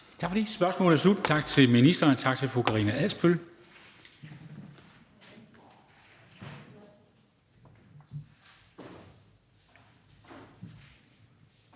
Spørgsmålet er sluttet. Tak til ministeren, og tak til fru Karina Adsbøl.